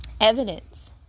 evidence